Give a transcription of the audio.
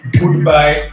goodbye